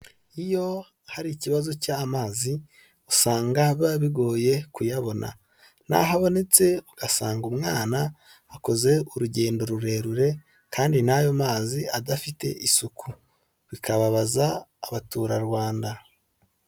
Iyo hari ikibazo cy'amazi, usanga biba bigoye kuyabona, n'aho abonetse ugasanga umwana akoze urugendo rurerure kandi n'ayo mazi adafite isuku, bikababaza abaturarwanda.